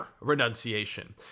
renunciation